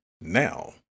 now